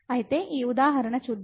కాబట్టి ఈ ఉదాహరణ చూద్దాం